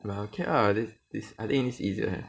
err okay lah this this I think it's easier